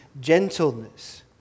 gentleness